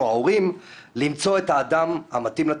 ההורים למצוא את האדם המתאים לתפקיד.